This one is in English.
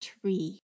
tree